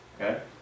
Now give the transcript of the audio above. okay